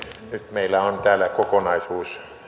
meillä on täällä kokonaisuus